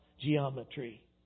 geometry